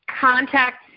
contact